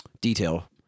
detail